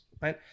right